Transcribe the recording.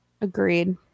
Agreed